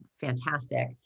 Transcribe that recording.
fantastic